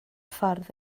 ffordd